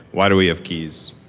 why do we have keys?